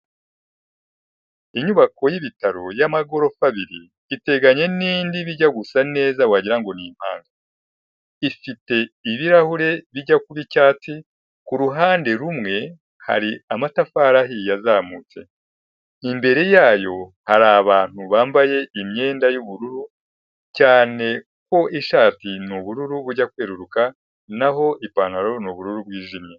Inyubako y'ibitaro y'amagorofa abiri iteganye n'indi bijya gusa neza wagira ngo ni impanga, ifite ibirahure bijya kuba icyatsi, ku ruhande rumwe hari amatafari ahiywe azamutse, imbere yayo hari abantu bambaye imyenda y'ubururu cyane ko ishati ni ubururu bujya kwereruka naho ipantaro ni ubururu bwijimye.